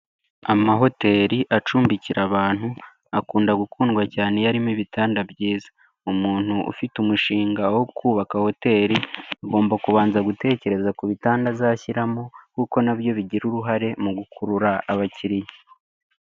Amahoteli acumbikira abantu akunda gukundwa cyane iyo arimo ibitanda byiza, umuntu ufite umushinga wo kubaka hoteli agomba kubanza gutekereza ku bitanda azashyiramo kuko nabyo bigira uruhare mu gukurura abakiriya.